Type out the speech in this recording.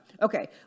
Okay